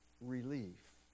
relief